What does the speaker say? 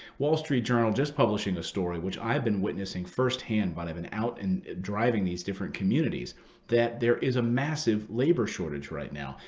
wall street journal just publishing a story which i've been witnessing firsthand while but i've been out and driving these different communities that there is a massive labor shortage right now.